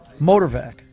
MotorVac